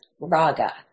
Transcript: raga